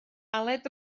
aled